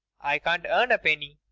i can't earn a penny.